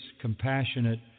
compassionate